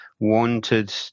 wanted